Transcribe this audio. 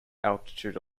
altitude